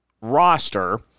roster